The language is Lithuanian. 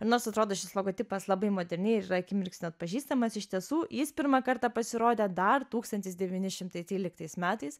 ir nors atrodo šis logotipas labai moderniai ir akimirksniu atpažįstamas iš tiesų jis pirmą kartą pasirodė dar tūkstantis devyni šimtai tryliktais metais